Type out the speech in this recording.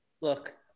Look